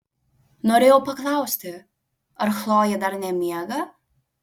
norėjau paklausti ar chlojė dar nemiega